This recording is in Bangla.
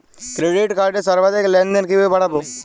ক্রেডিট কার্ডের সর্বাধিক লেনদেন কিভাবে বাড়াবো?